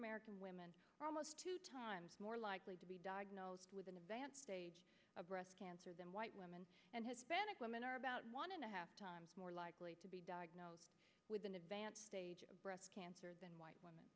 american women are almost two times more likely to be diagnosed with an advanced stage of breast cancer than white women and hispanic women are about one and a half times more likely to be diagnosed with an advanced stage of breast cancer than white women